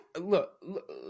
look